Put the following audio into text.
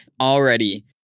already